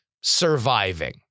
surviving